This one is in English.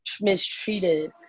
mistreated